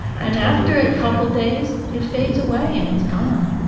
and after a couple of days it fades away and it's gone.